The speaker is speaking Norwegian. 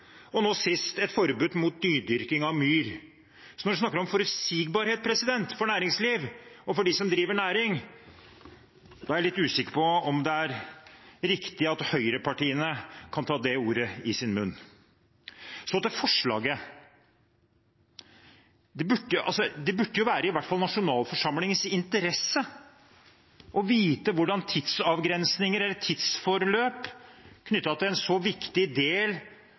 og nå sist et forbud mot nydyrking av myr. Så når man snakker om forutsigbarhet for næringslivet og for dem som driver næring, er jeg litt usikker på om det er riktig at høyrepartiene kan ta det ordet i sin munn. Så til forslaget: Det burde i hvert fall være i nasjonalforsamlingens interesse å vite hvordan tidsavgrensninger eller tidsforløp er – knyttet til en så viktig del